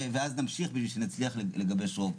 ואז נמשיך כדי שנצליח לגבש רוב.